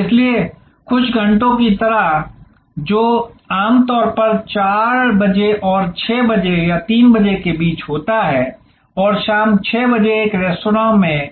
इसलिए खुश घंटों की तरह जो आमतौर पर 4 बजे और 6 बजे या 3 बजे के बीच होता है और शाम 6 बजे एक रेस्तरां में